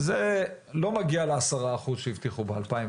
זה לא מגיע לעשרה אחוז שהבטיחו ב-2020.